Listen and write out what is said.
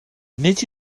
nid